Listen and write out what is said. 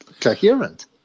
coherent